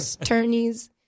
Attorneys